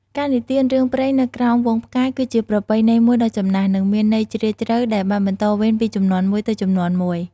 ការនិទានរឿងព្រេងនៅក្រោមហ្វូងផ្កាយ គឺជាប្រពៃណីមួយដ៏ចំណាស់ និងមានន័យជ្រាលជ្រៅ ដែលបានបន្តវេនពីជំនាន់មួយទៅជំនាន់មួយ ។